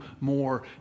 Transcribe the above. more